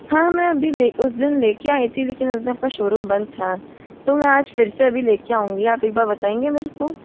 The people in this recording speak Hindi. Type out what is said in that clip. हाँ मैं अभी उस दिन लेकर आई थी लेकिन उस दिन आपका शोरूम बन्द था तो मैं आज फिर से अभी लेकर आऊँगी आप एक बार बताएँगे मेरे को